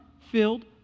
filled